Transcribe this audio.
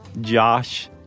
Josh